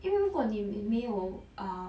因为如果你你没有 err